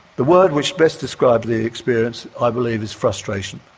the word which best describes the experience i believe is frustration.